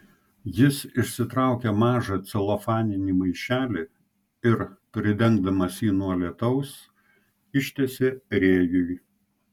jis išsitraukė mažą celofaninį maišelį ir pridengdamas jį nuo lietaus ištiesė rėjui